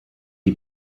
die